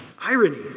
Irony